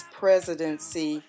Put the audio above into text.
presidency